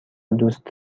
دوست